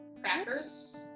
Crackers